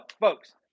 folks